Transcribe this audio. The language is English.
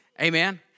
Amen